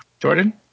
Jordan